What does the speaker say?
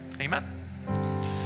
Amen